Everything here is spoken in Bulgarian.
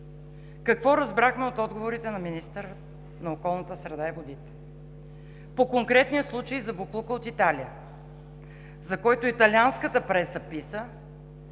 Какво разбрахме от отговорите на министъра на околната среда и водите по конкретния случай за боклука от Италия, за който италианската преса писа,